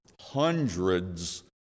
hundreds